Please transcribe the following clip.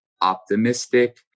Optimistic